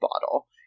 bottle